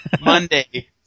Monday